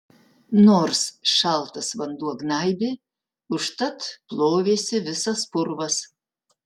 nors šaltas vanduo gnaibė užtat plovėsi visas purvas